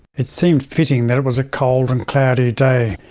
it seemed fitting that it was a cold and cloudy day,